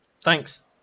Thanks